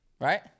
Right